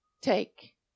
take